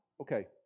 Okay